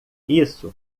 isso